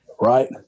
Right